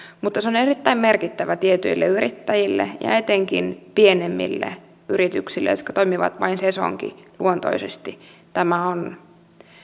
mutta se on erittäin merkittävä tietyille yrittäjille ja etenkin pienemmille yrityksille jotka toimivat vain sesonkiluontoisesti tämä on